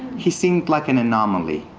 he seemed like an anomaly.